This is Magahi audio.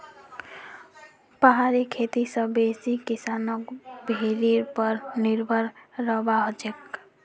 पहाड़ी खेती स बेसी किसानक भेड़ीर पर निर्भर रहबा हछेक